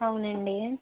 అవునండీ